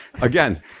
again